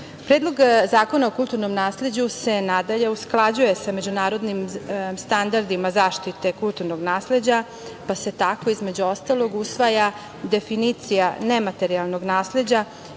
iznesen. Predlog zakona o kulturnom nasleđu se nadalje usklađuje sa međunarodnim standardima zaštite kulturnog nasleđa, pa se tako, između ostalog, usvaja definicija nematerijalnog nasleđa